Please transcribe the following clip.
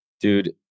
dude